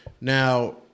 Now